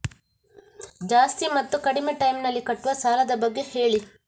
ಜಾಸ್ತಿ ಮತ್ತು ಕಡಿಮೆ ಟೈಮ್ ನಲ್ಲಿ ಕಟ್ಟುವ ಸಾಲದ ಬಗ್ಗೆ ಹೇಳಿ